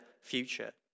future